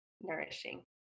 nourishing